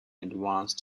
advance